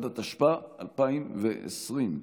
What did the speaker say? התשפ"א 2021,